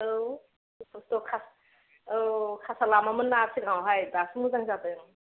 औ खस्थ' औ कासा लामामोनना सिगांआवहाय दासो मोजां जादों